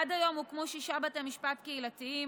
עד היום הוקמו שישה בתי משפט קהילתיים